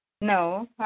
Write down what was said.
No